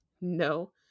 No